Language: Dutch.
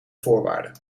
voorwaarden